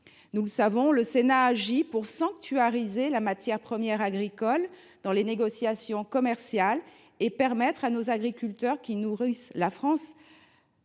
Nous le savons, le Sénat a agi pour sanctuariser, si je puis dire, la matière première agricole dans les négociations commerciales et permettre à nos agriculteurs, qui nourrissent la France,